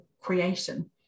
creation